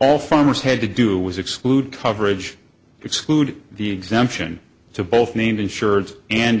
all farmers had to do was exclude coverage exclude the exemption to both named insured and